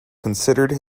considered